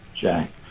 Jack